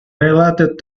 related